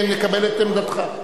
שנקבל את עמדתך.